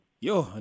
Yo